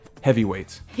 Heavyweights